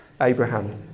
Abraham